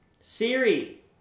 Siri